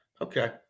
Okay